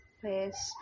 place